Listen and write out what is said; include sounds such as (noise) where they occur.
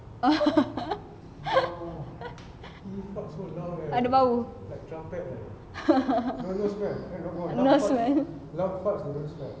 (laughs) ada bau (laughs) no smell